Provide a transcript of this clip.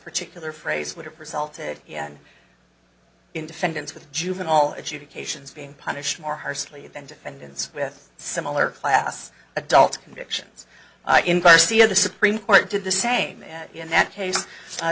particular phrase would have resulted in in defendants with juvenile adjudications being punished more harshly than defendants with similar class adult convictions in garcia the supreme court did the same in that case